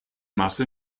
masse